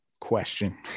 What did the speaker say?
question